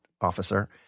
officer